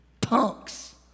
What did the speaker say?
Punks